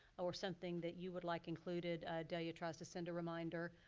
or something that you would like included, delia tries to send a reminder.